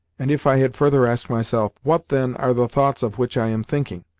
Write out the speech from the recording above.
and if i had further asked myself, what, then, are the thoughts of which i am thinking?